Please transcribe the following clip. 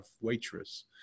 waitress